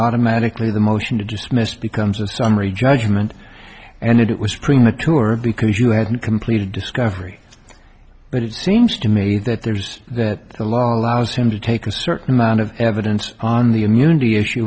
automatically the motion to dismiss becomes a summary judgment and it was premature because you hadn't completed discovery but it seems to me that there's that the law allows him to take a certain amount of evidence on the immunity issue